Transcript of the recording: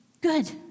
good